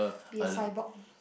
be a cyborg